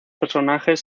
personajes